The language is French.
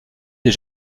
des